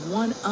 one